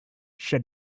said